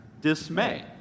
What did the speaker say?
dismay